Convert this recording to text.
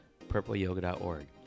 purpleyoga.org